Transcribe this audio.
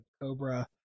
Cobra